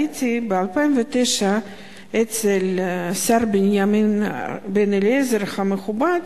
הייתי ב-2009 אצל השר בנימין בן-אליעזר המכובד,